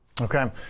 okay